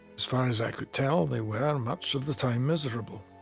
as far as i could tell they were much of the time miserable.